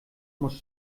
muss